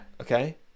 okay